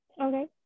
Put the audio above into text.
Okay